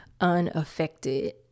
unaffected